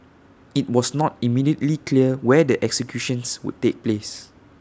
IT was not immediately clear where the executions would take place